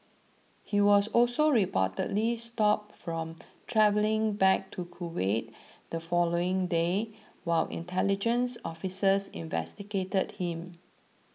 he was also reportedly stopped from travelling back to Kuwait the following day while intelligence officers investigated him